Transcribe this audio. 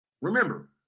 remember